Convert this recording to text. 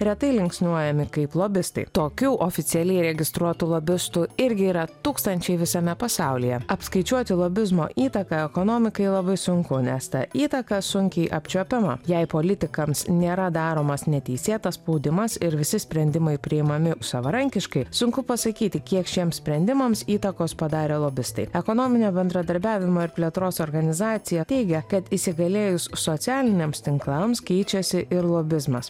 retai linksniuojami kaip lobistai tokių oficialiai registruotų lobistų irgi yra tūkstančiai visame pasaulyje apskaičiuoti lobizmo įtaką ekonomikai labai sunku nes ta įtaka sunkiai apčiuopiama jei politikams nėra daromas neteisėtas spaudimas ir visi sprendimai priimami savarankiškai sunku pasakyti kiek šiems sprendimams įtakos padarė lobistai ekonominio bendradarbiavimo ir plėtros organizacija teigia kad įsigalėjus socialiniams tinklams keičiasi ir lobizmas